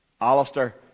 Alistair